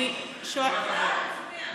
אז אל תצביע.